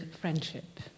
friendship